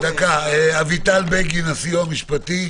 אביטל בגין, הסיוע המשפטי.